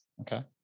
Okay